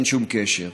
אין שום קשר.